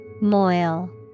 moil